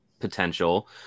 Potential